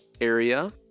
area